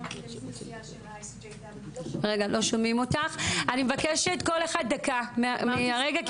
אני מבקשת כל אחד דקה מהרגע,